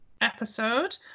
episode